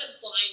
Blind